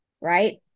right